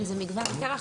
רגע,